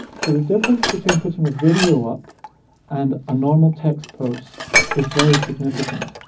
so the difference between putting a video up and a normal text post is very significant.